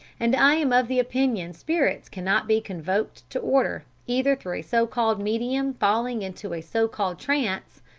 and i am of the opinion spirits cannot be convoked to order, either through a so-called medium falling into a so-called trance,